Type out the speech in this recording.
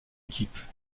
équipe